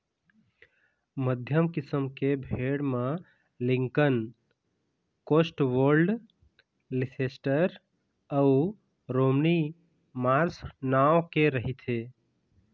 मध्यम किसम के भेड़ म लिंकन, कौस्टवोल्ड, लीसेस्टर अउ रोमनी मार्स नांव के रहिथे